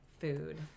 food